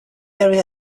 area